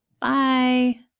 Bye